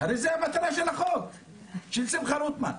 הרי זאת המטרה של החוק של שמחה רוטמן.